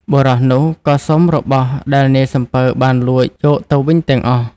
បុរសនោះក៏សុំរបស់ដែលនាយសំពៅបានលួចយកទៅវិញទាំងអស់។